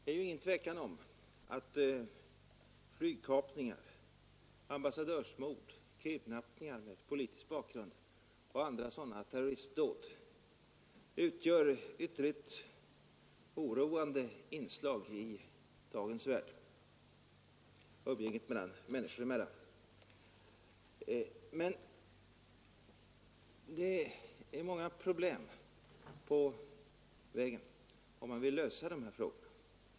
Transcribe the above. Herr talman! Det är inget tvivel om att flygkapningar, ambassadörsmord, kidnapping med politisk bakgrund och andra sådana terroristdåd utgör ytterligt oroande inslag i umgänget människor emellan i dagens värld. Men man möter många problem på vägen om man vill lösa dessa frågor.